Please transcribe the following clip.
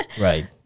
Right